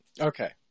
Okay